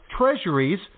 treasuries